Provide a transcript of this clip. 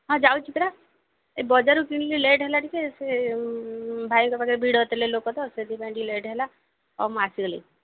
ହଁ ଯାଉଛି ପରା ଏ ବଜାରରୁ କିଣିଲି ଲେଟ୍ ହେଲା ଟିକେ ସେ ଭାଇଙ୍କ ପାଖରେ ଭିଡ଼ ଲୋକ ତ ସେଥିପାଇଁ ଟିକେ ଲେଟ୍ ହେଲା ହଉ ମୁଁ ଆସିଗଲି